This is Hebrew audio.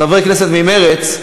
חברת הכנסת מיכל רוזין,